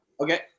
Okay